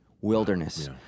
Wilderness